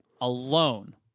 alone